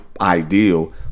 ideal